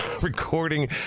recording